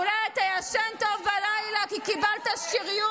אולי אתה ישן טוב בלילה כי קיבלת שריון.